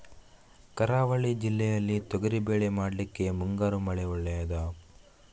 ಕರಾವಳಿ ಜಿಲ್ಲೆಯಲ್ಲಿ ತೊಗರಿಬೇಳೆ ಮಾಡ್ಲಿಕ್ಕೆ ಮುಂಗಾರು ಮಳೆ ಒಳ್ಳೆಯದ?